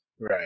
Right